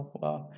wow